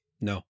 No